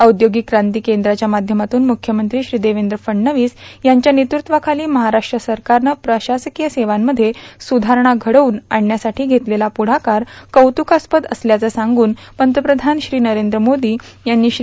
औदर्योगक क्रांती कद्र च्या माध्यमातून मुख्यमंत्री देवद्र फडणवीस यांच्या नेतृत्वाखालो महाराष्ट्र सरकारन प्रशासकांय सेवांमध्ये सुधारणा घडवून आणण्यासाठी घेतलेला प्रढाकार कौत्कास्पद असल्याचे सांगून पंतप्रधान नरद्र मोर्दो यांनी श्री